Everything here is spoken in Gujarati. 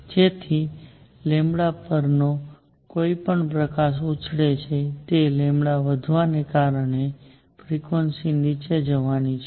તેથી પર નો કોઈ પણ પ્રકાશ ઉછળે છે તે વધવાનો છે કારણ કે ફ્રિક્વન્સી નીચે જવાની છે